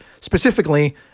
specifically